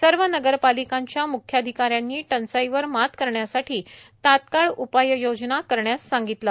सर्व नगर पालिकांच्या म्ख्याधिकाऱ्यांनी टंचाईवर मात करण्यासाठी तात्काळ उपाययोजना करण्यास सांगितलं